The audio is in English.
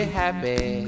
happy